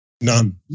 None